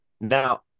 Now